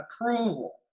approval